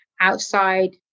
outside